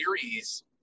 series